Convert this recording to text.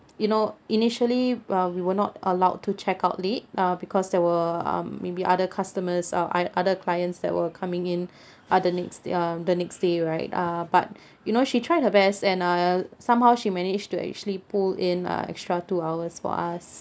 you know initially uh we were not allowed to check out late uh because there were um maybe other customers uh oth~ other clients that were coming in uh the next um the next day right uh but you know she tried her best and uh somehow she managed to actually pull in uh extra two hours for us